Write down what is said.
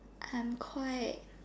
I'm quite